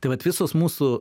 tai vat visos mūsų